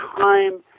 time